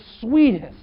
sweetest